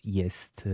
jest